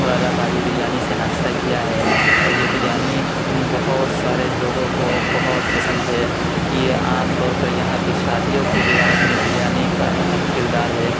مُراد آبادی بریانی سے ناشتہ کیا ہے اور یہ بریانی بہت سارے لوگوں کو بہت پسند ہے یہ عام طور پر یہاں کی شادیوں کے رواج میں بریانیوں کا اہم کردار ہے